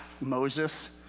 Moses